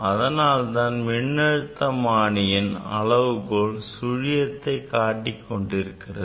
அதனால்தான் மின்னழுத்தமானியின் அளவுகோல் சுழியத்தை காட்டிக் கொண்டிருக்கிறது